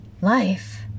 life